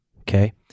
okay